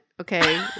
okay